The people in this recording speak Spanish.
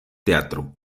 teatro